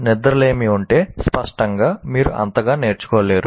నిద్ర లేమి ఉంటే స్పష్టంగా మీరు అంతగా నేర్చుకోరు